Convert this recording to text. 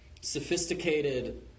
sophisticated